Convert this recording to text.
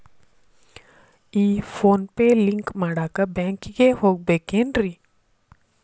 ಈ PhonePe link ಮಾಡಾಕ ಬ್ಯಾಂಕಿಗೆ ಹೋಗ್ಬೇಕೇನ್ರಿ?